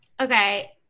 Okay